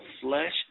flesh